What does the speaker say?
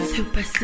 Super